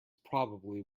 probably